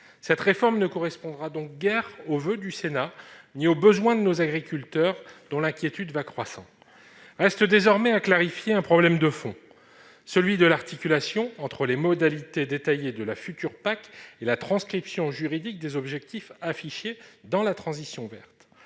Cette réforme ne correspondra donc guère aux voeux du Sénat ni aux besoins de nos agriculteurs dont l'inquiétude va croissant. Reste désormais à clarifier un problème de fond : celui de l'articulation entre les modalités détaillées de la future PAC et la transcription juridique des objectifs affichés dans la transition verte.